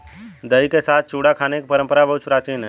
दही के साथ चूड़ा खाने की परंपरा बहुत प्राचीन है